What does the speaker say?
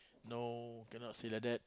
no cannot say like that